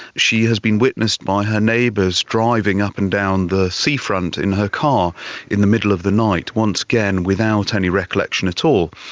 she has been witnessed by her neighbours driving up and down the seafront in her car in the middle of the night, once again without any recollection at all.